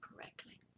correctly